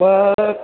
ब